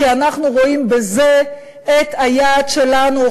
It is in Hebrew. כי אנחנו רואים בזה את היעד שלנו,